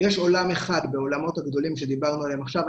יש עולם אחד בעולמות הגדולים עליהם דיברנו עכשיו.